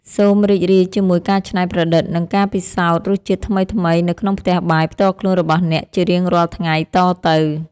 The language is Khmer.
សូមរីករាយជាមួយការច្នៃប្រឌិត និងការពិសោធន៍រសជាតិថ្មីៗនៅក្នុងផ្ទះបាយផ្ទាល់ខ្លួនរបស់អ្នកជារៀងរាល់ថ្ងៃតទៅ។